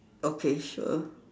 okay sure